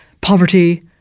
poverty